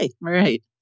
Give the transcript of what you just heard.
right